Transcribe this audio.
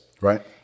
right